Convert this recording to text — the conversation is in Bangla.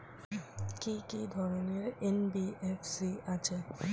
কি কি ধরনের এন.বি.এফ.সি আছে?